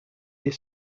les